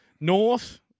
North